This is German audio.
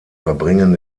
verbringen